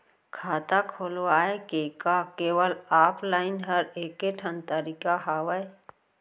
खाता खोलवाय के का केवल ऑफलाइन हर ऐकेठन तरीका हवय?